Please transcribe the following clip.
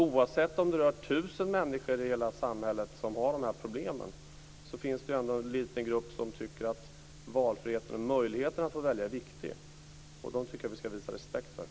Oavsett om det rör tusen människor i hela samhället som har de här problemen, finns det ändå en liten grupp som tycker att valfriheten och möjligheten att få välja är viktig, och dem tycker jag att vi ska visa respekt. Tack!